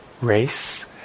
race